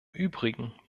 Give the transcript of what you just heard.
übrigen